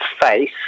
face